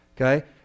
okay